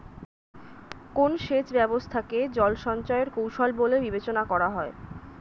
কোন সেচ ব্যবস্থা কে জল সঞ্চয় এর কৌশল বলে বিবেচনা করা হয়?